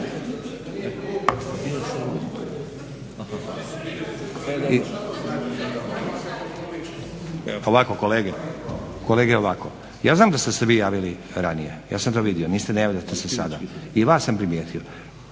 Ovako kolege. Ja znam da ste se vi javili ranije, ja sam to vidio, niste, ne javljate se sada i vas sam primijetio,